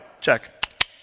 Check